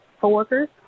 co-workers